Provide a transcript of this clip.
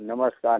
नमस्कार